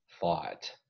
thought